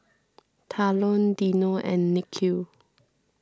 Talon Dino and Nikhil